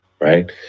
right